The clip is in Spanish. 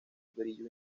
brillo